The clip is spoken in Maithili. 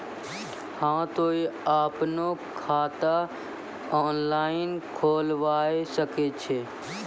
हाँ तोय आपनो खाता ऑनलाइन खोलावे सकै छौ?